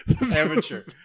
amateur